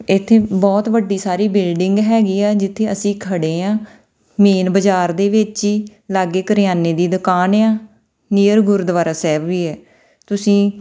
ਇੱਥੇ ਬਹੁਤ ਵੱਡੀ ਸਾਰੀ ਬਿਲਡਿੰਗ ਹੈਗੀ ਆ ਜਿੱਥੇ ਅਸੀਂ ਖੜ੍ਹੇ ਹਾਂ ਮੇਨ ਬਾਜ਼ਾਰ ਦੇ ਵਿੱਚ ਹੀ ਲਾਗੇ ਕਰਿਆਨੇ ਦੀ ਦੁਕਾਨ ਆ ਨੀਅਰ ਗੁਰਦੁਆਰਾ ਸਾਹਿਬ ਵੀ ਹੈ ਤੁਸੀਂ